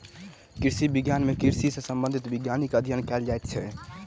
कृषि विज्ञान मे कृषि सॅ संबंधित वैज्ञानिक अध्ययन कयल जाइत छै